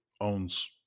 owns